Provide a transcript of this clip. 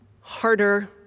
harder